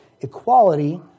equality